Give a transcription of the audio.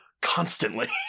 constantly